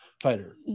fighter